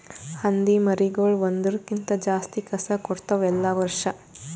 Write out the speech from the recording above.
ಹಂದಿ ಮರಿಗೊಳ್ ಒಂದುರ್ ಕ್ಕಿಂತ ಜಾಸ್ತಿ ಕಸ ಕೊಡ್ತಾವ್ ಎಲ್ಲಾ ವರ್ಷ